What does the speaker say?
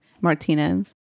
Martinez